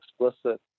explicit